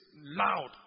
loud